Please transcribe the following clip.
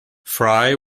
frye